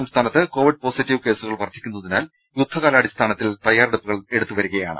സംസ്ഥാനത്ത് Covid positive കേസുകൾ വർദ്ധിക്കുന്നതിനാൽ യുദ്ധകാലാടിസ്ഥാനത്തിൽ തയ്യാ റെടുപ്പുകൾ എടുത്തുവരികയാണ്